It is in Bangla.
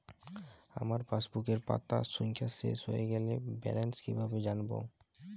আমার পাসবুকের পাতা সংখ্যা শেষ হয়ে গেলে ব্যালেন্স কীভাবে জানব?